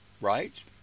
right